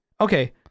okay